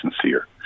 sincere